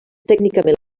tècnicament